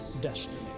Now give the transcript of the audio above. destiny